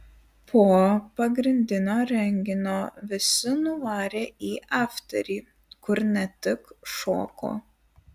po pagrindinio renginio visi nuvarė į afterį kur ne tik šoko